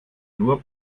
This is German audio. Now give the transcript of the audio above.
nur